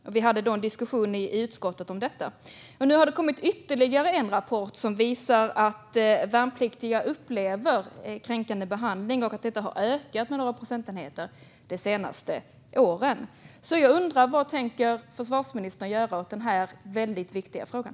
Vi hade sedan en diskussion i utskottet om detta. Nu har det kommit ytterligare en rapport som visar att värnpliktiga upplever kränkande behandling och att detta har ökat med några procentenheter de senaste åren. Jag undrar vad försvarsministern tänker göra åt den här väldigt viktiga frågan.